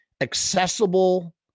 accessible